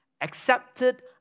accepted